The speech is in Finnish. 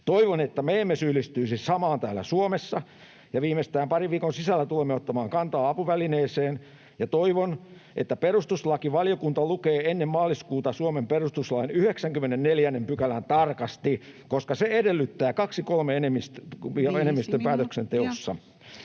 Toivon, että me emme syyllistyisi samaan täällä Suomessa. Viimeistään parin viikon sisällä tulemme ottamaan kantaa apuvälineeseen, ja toivon, että perustuslakivaliokunta lukee ennen maaliskuuta Suomen perustuslain 94 §:n tarkasti, [Puhemies: 5 minuuttia!] koska